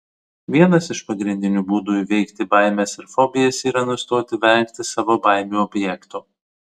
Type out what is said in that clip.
vienas iš pagrindinių būdų įveikti baimes ir fobijas yra nustoti vengti savo baimių objekto